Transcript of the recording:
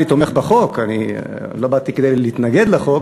כמובן שאני תומך בחוק, לא באתי כדי להתנגד לחוק,